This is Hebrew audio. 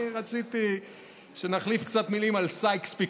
אני רציתי שנחליף קצת מילים על סייקס-פיקו,